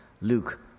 Luke